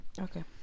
Okay